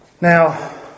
Now